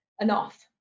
enough